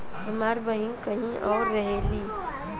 हमार बहिन कहीं और रहेली